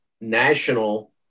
national